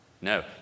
No